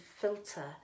filter